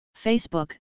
Facebook